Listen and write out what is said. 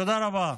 תודה רבה.